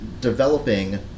developing